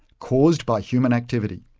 caused by human activity.